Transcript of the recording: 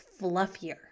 fluffier